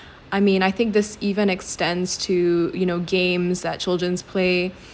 I mean I think this even extends to you know games that children's play